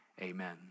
Amen